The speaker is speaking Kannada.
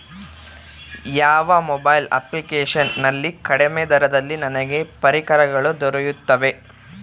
ಯಾವ ಮೊಬೈಲ್ ಅಪ್ಲಿಕೇಶನ್ ನಲ್ಲಿ ಕಡಿಮೆ ದರದಲ್ಲಿ ನನಗೆ ಪರಿಕರಗಳು ದೊರೆಯುತ್ತವೆ?